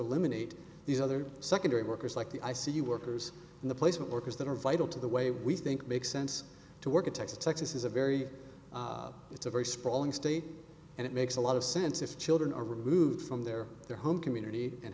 eliminate these other secondary workers like the i c u workers and the placement workers that are vital to the way we think makes sense to work in texas texas is a very it's a very sprawling state and it makes a lot of sense if children are removed from their their home community and